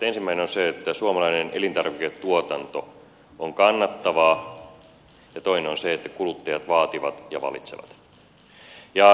ensimmäinen on se että suomalainen elintarviketuotanto on kannattavaa ja toinen on se että kuluttajat vaativat ja valitsevat